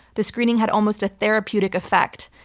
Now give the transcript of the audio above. the screening had almost a therapeutic effect.